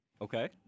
Okay